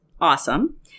awesome